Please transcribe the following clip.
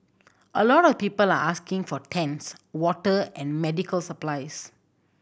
a lot of people are asking for tents water and medical supplies